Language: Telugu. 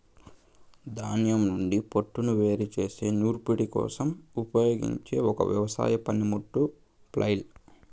ధాన్యం నుండి పోట్టును వేరు చేసే నూర్పిడి కోసం ఉపయోగించే ఒక వ్యవసాయ పనిముట్టు ఫ్లైల్